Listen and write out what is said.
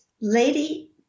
lady